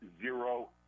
zero